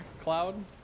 cloud